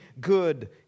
good